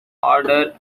order